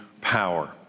power